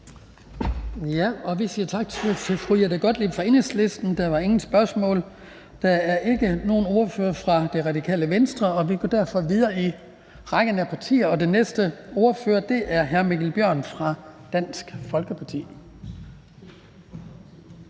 Vi siger tak til fru Jette Gottlieb fra Enhedslisten. Der er ingen spørgsmål. Der er ikke nogen ordfører for Radikale Venstre til stede. Vi går derfor videre i rækken af partier, og den næste ordfører er hr. Mikkel Bjørn fra Dansk Folkeparti.